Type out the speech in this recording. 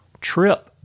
trip